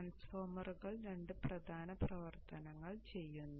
ട്രാൻസ്ഫോർമറുകൾ 2 പ്രധാന പ്രവർത്തനങ്ങൾ ചെയ്യുന്നു